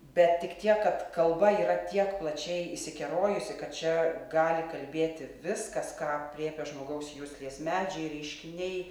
bet tik tiek kad kalba yra tiek plačiai išsikerojusi kad čia gali kalbėti viskas ką aprėpia žmogaus juslės medžiai reiškiniai